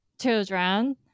children